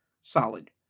Solid